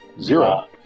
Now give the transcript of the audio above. Zero